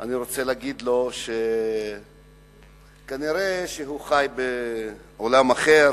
אני רוצה להגיד לו שכנראה שהוא חי בעולם אחר,